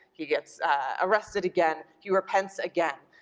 he gets arrested again, he repents again.